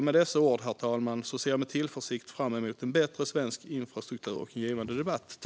Med dessa ord, herr talman, ser jag med tillförsikt fram emot en bättre svensk infrastruktur och en givande debatt.